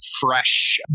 fresh